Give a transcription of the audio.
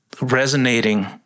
resonating